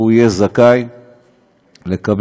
יהיה זכאי לקבל